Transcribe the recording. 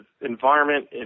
environment